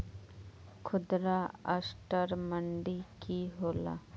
खुदरा असटर मंडी की होला?